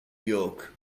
york